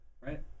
Right